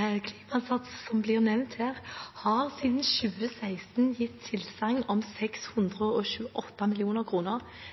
Klimasats, som ble nevnt her, har siden 2016 gitt tilsagn om 628 mill. kr